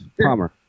palmer